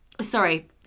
sorry